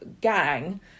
gang